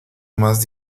más